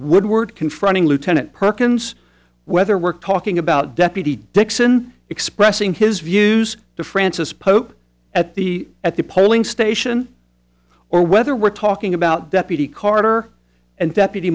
woodward confronting lieutenant perkins whether we're talking about deputy dixon expressing his views to francis polk at the at the polling station or whether we're talking about deputy carter and deputy